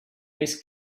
miss